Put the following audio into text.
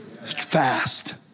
fast